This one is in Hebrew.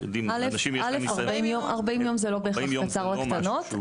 40 יום זה לא בהכרח קצר לקטנות.